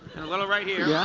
and a little right here. yeah